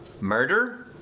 Murder